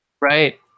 Right